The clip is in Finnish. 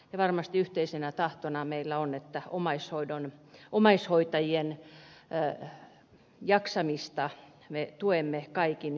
varmasti yhteisenä tahtona meillä on että omaishoitajien jaksamista me tuemme kaikin keinoin